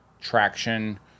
traction